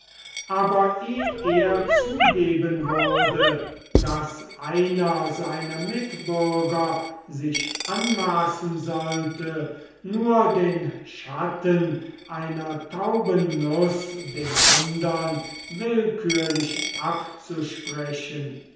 und eh er zugeben würde daß einer seiner mitbürger sich anmaßen sollte nur den schatten einer tauben nuß dem andern willkürlich abzusprechen